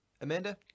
Amanda